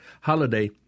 holiday